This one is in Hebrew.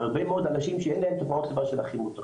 הרבה מאוד שאין להם תופעות כבר של כימותרפיה.